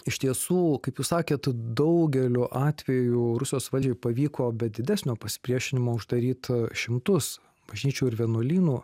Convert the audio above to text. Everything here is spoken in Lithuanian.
iš tiesų kaip jūs sakėt daugeliu atveju rusijos valdžiai pavyko be didesnio pasipriešinimo uždaryt šimtus bažnyčių ir vienuolynų